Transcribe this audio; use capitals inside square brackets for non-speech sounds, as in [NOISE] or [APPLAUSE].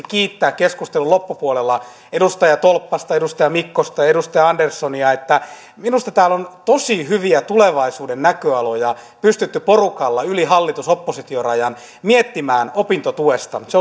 [UNINTELLIGIBLE] kiittää keskustelun loppupuolella edustaja tolppasta edustaja mikkosta ja edustaja anderssonia minusta täällä on tosi hyviä tulevaisuuden näköaloja pystytty porukalla yli hallitus oppositio rajan miettimään opintotuesta se [UNINTELLIGIBLE]